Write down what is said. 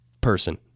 person